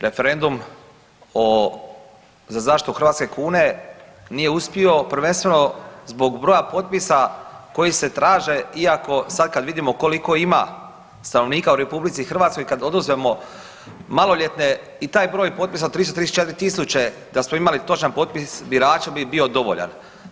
Referendum o, za zaštitu hrvatske kune nije uspio prvenstveno zbog broja potpisa koji se traže iako sad kad vidimo koliko ima stanovnika u RH i kad oduzmemo maloljetne i taj broj potpisa od 344.000 da smo imali točan potpis birača bi bio dovoljan.